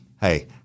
Hey